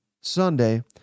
Sunday